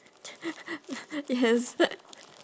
yes